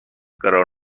قرار